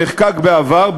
שנחקק בעבר,